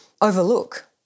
overlook